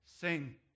Sing